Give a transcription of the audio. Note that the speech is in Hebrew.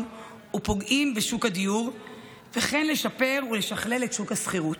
ופוגעים בשוק הדיור וכן לשפר ולשכלל את שוק השכירות.